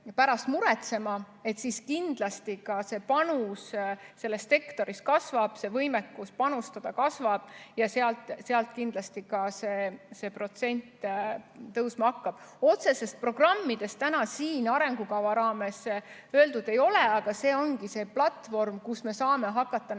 pärast muretsema, siis kindlasti ka see panus selles sektoris kasvab, võimekus panustada kasvab ja sealt kindlasti see protsent tõusma hakkab. Otseselt programmidest siin arengukavas juttu ei ole, aga see ongi see platvorm, kust me saame hakata neid